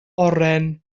oren